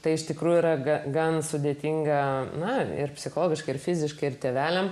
tai iš tikrųjų yra gan sudėtinga na ir psichologiškai ir fiziškai ir tėveliams